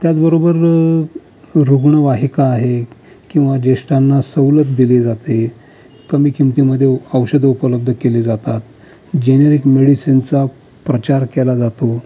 त्याचबरोबर रुग्णवाहिका आहे किंवा ज्येष्ठांना सवलत दिली जाते कमी किमतीमध्ये औषधं उपलब्ध केली जातात जेनेरीक मेडिसीनचा प्रचार केला जातो